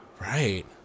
Right